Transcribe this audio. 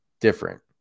different